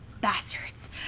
Bastards